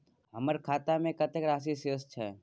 हमर खाता में कतेक राशि शेस छै?